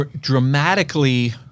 dramatically